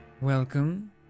Welcome